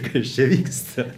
kas čia vyksta